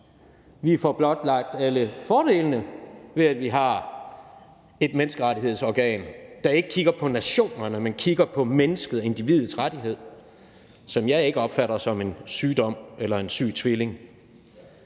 Vi får blotlagt alle fordelene, ved at vi har et menneskerettighedsorgan, der ikke kigger på nationerne, men kigger på mennesket, på individets rettighed, som jeg ikke opfatter som en sygdom eller en syg tvilling.